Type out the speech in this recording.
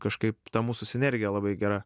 kažkaip ta mūsų sinergija labai gera